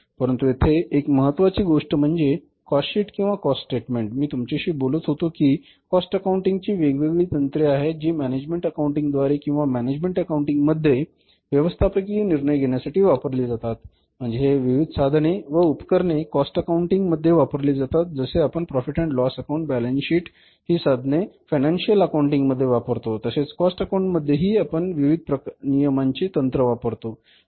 परंतु येथे एक महत्त्वाची गोष्ट म्हणजे कॉस्ट शीट किंवा कॉस्ट स्टेटमेंट मी तुमच्याशी बोलत होतो की कॉस्ट अकाउंटिंग ची वेगवेगळी तंत्रे आहेत जी मॅनॅजमेण्ट अकाउंटिंग द्वारे किंवा मॅनॅजमेण्ट अकाउंटिंग मध्ये व्यवस्थापकीय निर्णय घेण्यासाठी वापरली जातात म्हणजे हे विविध साधने व उपकरणे कॉस्ट अकाउंटिंग मध्ये वापरली जातात जसे आपण profit and loss account balance sheet हि साधने आपण फीनंसिअल अकाउंटिंग मध्ये वापरतो तसेच कॉस्ट अकाउंटिंग मध्ये ही आपण विविध नियमांचे तंत्र वापरतो